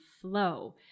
flow